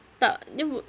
tak dia bu~